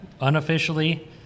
unofficially